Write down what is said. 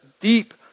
deep